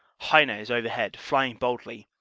heine is overhead, flying boldly,